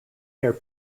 near